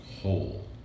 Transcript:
whole